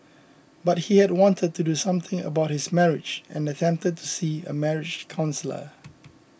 but he had wanted to do something about his marriage and attempted to see a marriage counsellor